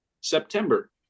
September